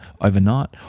overnight